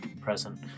present